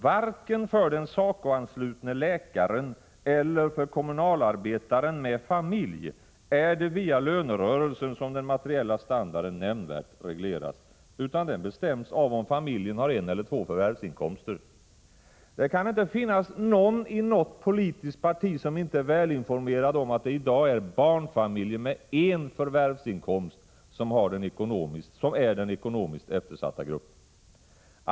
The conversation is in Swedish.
Varken för den SACO-anslutne läkaren eller för kommunalarbetaren med familj är det via lönerörelsen som den materiella standarden nämnvärt regleras, utan den bestäms av om familjen har en eller två förvärvsinkomster. Det kan inte finnas någon i något politiskt parti som inte är väl informerad om att det i dag är barnfamiljer med en förvärvsinkomst som är den ekonomiskt eftersatta gruppen.